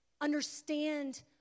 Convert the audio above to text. understand